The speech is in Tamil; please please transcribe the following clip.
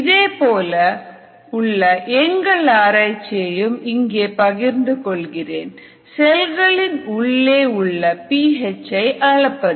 இதேபோல் உள்ள எங்கள் ஆராய்ச்சியையும் இங்கே பகிர்ந்து கொள்ளுகிறேன் செல்களின் உள்ளே உள்ள பி ஹெச் அளப்பது